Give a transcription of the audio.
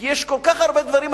כי יש כל כך הרבה דברים,